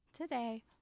Today